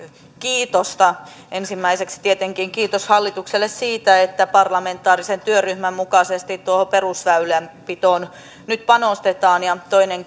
kiitosta ensimmäiseksi tietenkin kiitos hallitukselle siitä että parlamentaarisen työryhmän mukaisesti tuohon perusväylänpitoon nyt panostetaan toinen